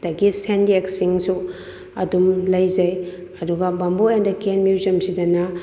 ꯑꯗꯒꯤ ꯁꯦꯟꯌꯦꯛꯁꯤꯡꯁꯨ ꯑꯗꯨꯝ ꯂꯩꯖꯩ ꯑꯗꯨꯒ ꯕꯦꯝꯕꯨ ꯑꯦꯟ ꯀꯦꯟ ꯃ꯭ꯌꯨꯖꯝꯁꯤꯗꯅ